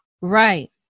Right